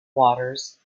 waters